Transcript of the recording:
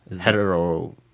hetero